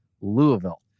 Louisville